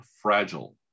fragile